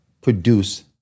produce